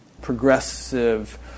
progressive